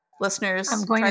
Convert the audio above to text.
Listeners